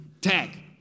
Tag